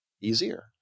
easier